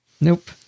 Nope